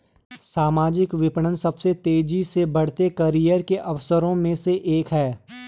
सामाजिक विपणन सबसे तेजी से बढ़ते करियर के अवसरों में से एक है